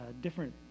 different